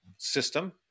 system